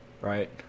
Right